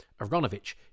aronovich